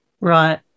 Right